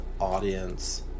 audience